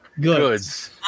goods